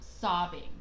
sobbing